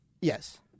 Yes